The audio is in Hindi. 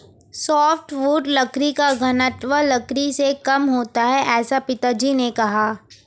सॉफ्टवुड लकड़ी का घनत्व लकड़ी से कम होता है ऐसा पिताजी ने कहा